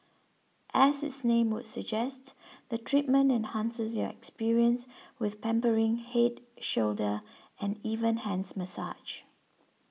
as its name would suggest the treatment enhances your experience with pampering head shoulder and even hands massage